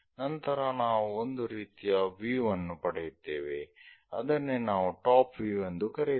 ನಂತರ ನಾವು ಒಂದು ರೀತಿಯ ವ್ಯೂ ಅನ್ನು ಪಡೆಯುತ್ತೇವೆ ಅದನ್ನೇ ನಾವು ಟಾಪ್ ವ್ಯೂ ಎಂದು ಕರೆಯುತ್ತೇವೆ